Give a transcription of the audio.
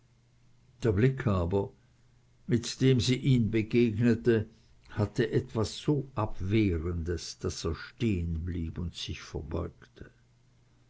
der blick aber mit dem sie ihm begegnete hatte etwas so abwehrendes daß er stehenblieb und sich verbeugte